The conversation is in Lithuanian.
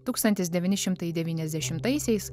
tūkstantis devyni šimtai devyniasdešimtaisiais